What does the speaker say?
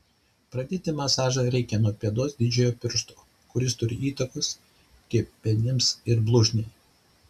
pradėti masažą reikia nuo pėdos didžiojo piršto kuris turi įtakos kepenims ir blužniai